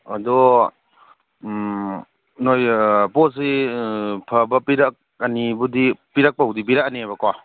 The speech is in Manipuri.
ꯑꯗꯣ ꯅꯣꯏ ꯄꯣꯠꯁꯤ ꯐꯕ ꯄꯤꯔꯛꯄꯕꯨꯗꯤ ꯄꯤꯔꯛꯑꯅꯤꯕꯀꯣ